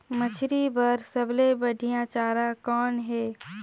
मछरी बर सबले बढ़िया चारा कौन हे?